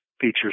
features